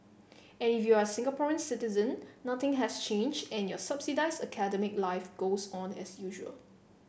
and if you're a Singaporean citizen nothing has changed and your subsidised academic life goes on as usual